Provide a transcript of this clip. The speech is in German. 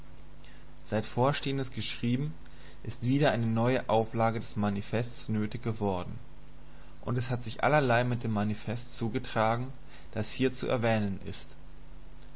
seit vorstehendes geschrieben ist wieder eine neue deutsche auflage des manifestes nötig geworden und es hat sich auch allerlei mit dem manifest zugetragen das hier zu erwähnen ist